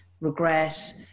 regret